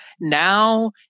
now